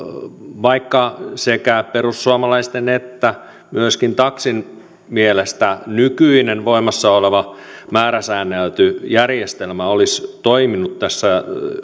vaikka sekä perussuomalaisten että myöskin taksin mielestä nykyinen voimassa oleva määräsäännelty järjestelmä olisi toiminut tässä